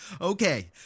Okay